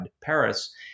Paris